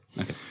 Okay